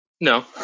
No